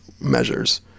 measures